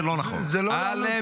זה לא נכון --- זה ללא עלות תקציבית.